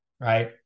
right